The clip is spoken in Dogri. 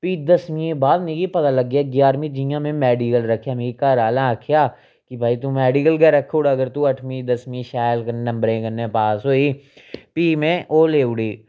फ्ही दसमीं दे बाद मिगी पता लगेआ ञारमीं जियां में मेडिकल रक्खे मिगी घरै आह्ले आखेआ कि भाई तूं मैडिकल गै रक्खु उड़ अगर तूं अठमीं दसमीं शैल नंबरें कन्नै पास होई फ्ही में ओह् लेई उड़े